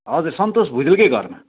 हजुर सन्तोष भुजेलकै घरमा